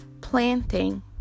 Planting